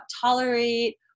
tolerate